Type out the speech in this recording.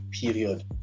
period